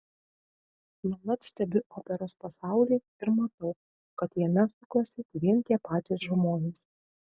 nuolat stebiu operos pasaulį ir matau kad jame sukasi vien tie patys žmonės